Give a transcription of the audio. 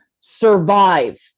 survive